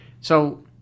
So-